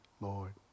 Lord